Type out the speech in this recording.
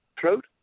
throat